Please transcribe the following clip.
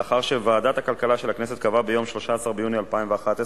לאחר שוועדת הכלכלה של הכנסת קבעה ביום 13 ביוני 2011,